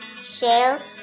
share